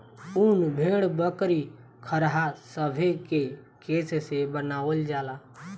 उन भेड़, बकरी, खरहा सभे के केश से बनावल जाला